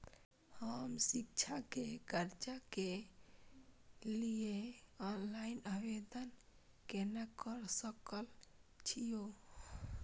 हम शिक्षा के कर्जा के लिय ऑनलाइन आवेदन केना कर सकल छियै?